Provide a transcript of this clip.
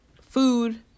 Food